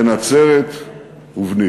בן נצרת ובני.